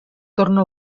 torna